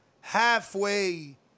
halfway